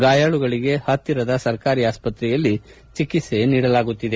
ಗಾಯಾಳುಗಳಿಗೆ ಪತ್ತಿರದ ಸರಕಾರಿ ಆಸ್ಪತ್ರೆಯಲ್ಲಿ ಚಿಕಿತ್ಸೆ ನೀಡಲಾಗುತ್ತಿದೆ